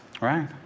right